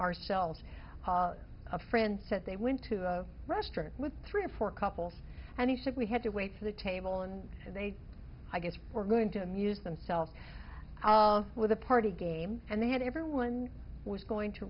ourselves a friend said they went to a restaurant with three or four couples and he said we had to wait for the table and they i guess we're going to amuse themselves with a party game and then everyone was going to